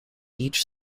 each